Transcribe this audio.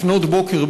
לפנות בוקר,